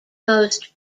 most